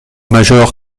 major